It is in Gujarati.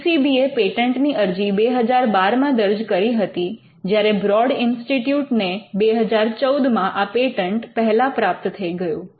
યુ સી બી એ પેટન્ટની અરજી 2012માં દર્જ કરી હતી જ્યારે કે બ્રોડ ઇન્સ્ટિટ્યૂટ ને 2014માં આ પેટન્ટ પહેલા પ્રાપ્ત થઈ ગયું